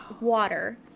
water